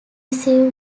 receive